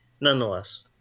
Nonetheless